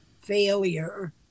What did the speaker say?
failure